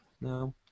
no